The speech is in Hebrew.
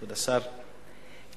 כבוד השר,